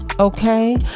Okay